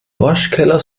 waschkeller